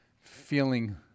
feeling